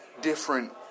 different